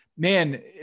man